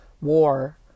war